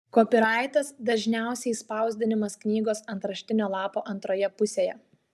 kopiraitas dažniausiai spausdinamas knygos antraštinio lapo antroje pusėje